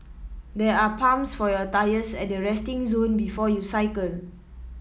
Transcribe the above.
there are pumps for your tyres at the resting zone before you cycle